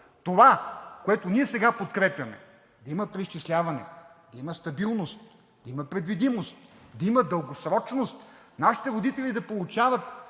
Това, което ние сега подкрепяме, има преизчисляване, има стабилност, има предвидимост, да има дългосрочност, нашите родители да получават